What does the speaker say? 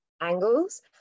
angles